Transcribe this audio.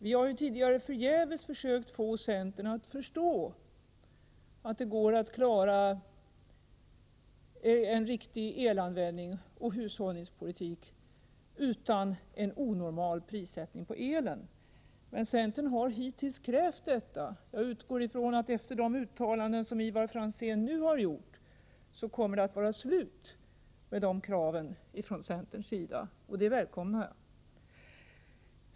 Vi har tidigare förgäves försökt få centern att förstå att det går att klara en riktig elanvändning och hushållningspolitik utan en onormal elprissättning, men centern har hittills krävt prishöjningar. Jag utgår ifrån att det efter de uttalanden som Ivar Franzén nu har gjort kommer att vara slut med dessa krav från centerns sida, och det välkomnar jag.